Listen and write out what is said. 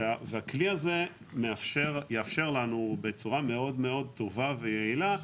והכלי הזה יאפשר לנו בצורה מאוד מאוד טובה ויעילה,